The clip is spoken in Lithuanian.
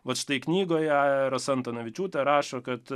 vat štai knygoje rasa antanavičiūtė rašo kad